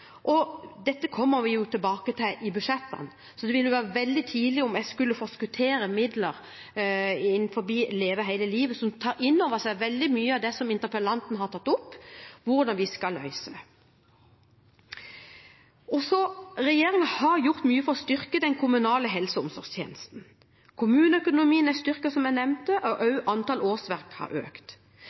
dette kommer vi tilbake til i forbindelse med arbeidet med budsjettene, så det ville være veldig tidlig å skulle forskuttere midler til Leve hele livet, som tar innover seg veldig mye av det som interpellanten har tatt opp, og hvordan vi skal løse det. Regjeringen har gjort mye for å styrke den kommunale helse- og omsorgstjenesten. Kommuneøkonomien er styrket, som jeg nevnte, og antallet årsverk har økt.